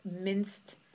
minced